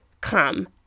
come